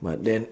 but then